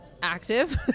active